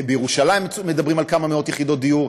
ובירושלים מדברים על כמה מאות יחידות דיור.